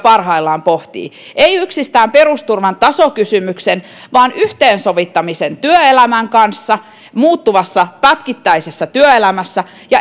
työryhmä parhaillaan pohtii en yksistään perusturvan tasokysymyksen vaan yhteensovittamisen työelämän kanssa muuttuvassa pätkittäisessä työelämässä